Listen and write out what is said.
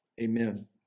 Amen